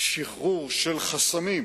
שחרור של חסמים,